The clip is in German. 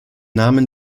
namen